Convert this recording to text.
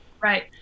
Right